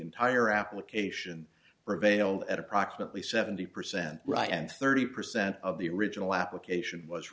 entire application prevailed at approximately seventy percent right and thirty percent of the original application was